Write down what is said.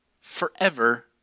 forever